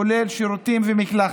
כולל שירותים ומקלחת.